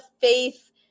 faith